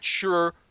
sure